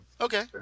Okay